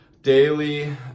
daily